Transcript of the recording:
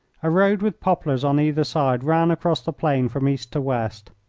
a road with poplars on either side ran across the plain from east to west.